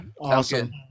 Awesome